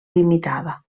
limitada